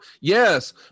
Yes